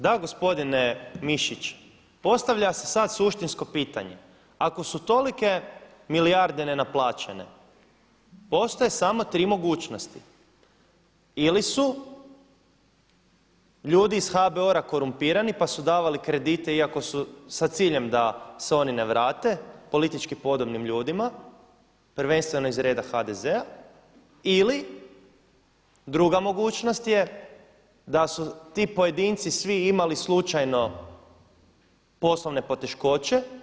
Da gospodine Mišić, postavlja se sada suštinsko pitanje, ako su tolike milijarde nenaplaćene postoje samo tri mogućnosti ili su ljudi iz HBOR-a korumpirani pa su davali kredite iako su sa ciljem da se oni ne vrate, politički podobnim ljudima, prvenstveno iz reda HDZ-a, ili druga mogućnost je da su ti pojedinci svi imali slučajno poslovne poteškoće.